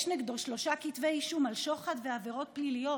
יש נגדו שלושה כתבי אישום על שוחד ועבירות פליליות,